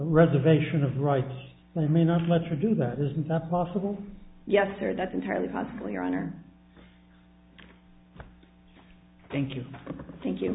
reservation of rights they may not much for do that is not possible yes or that's entirely possible your honor thank you thank you